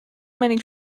many